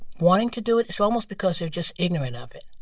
wanting to do it. it's almost because they're just ignorant of it.